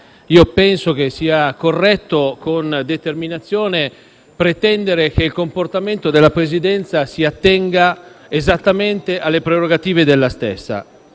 penso però sia corretto pretendere con determinazione che il comportamento della Presidenza si attenga esattamente alle prerogative della stessa.